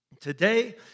Today